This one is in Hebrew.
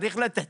צריך לתת